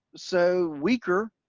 so weaker.